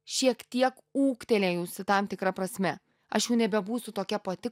šiek tiek ūgtelėjusi tam tikra prasme aš jau nebebūsiu tokia pati